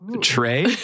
Trey